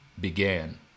began